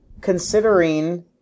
considering